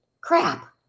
crap